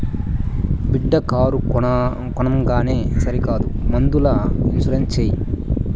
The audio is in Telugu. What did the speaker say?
బిడ్డా కారు కొనంగానే సరికాదు ముందల ఇన్సూరెన్స్ చేయి